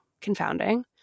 confounding